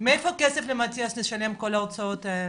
מאיפה כסף למטיאס לשלם את כל ההוצאות האלו?